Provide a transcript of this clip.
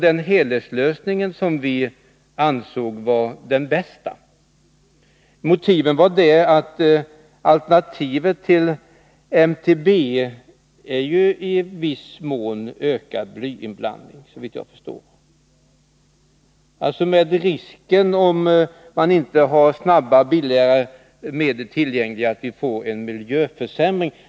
Den helhetslösningen ansåg vi vara den bästa. Motiven var att alternativet till MTBE i viss mån är ökad blyinblandning, såvitt jag förstår. Om man inte har snabba, billigare ersättningsmedel tillgängliga finns risken att vi får en miljöförsämring.